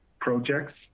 projects